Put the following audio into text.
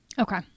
Okay